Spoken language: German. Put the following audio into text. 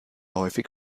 häufig